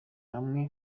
hamwe